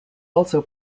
also